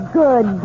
good